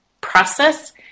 process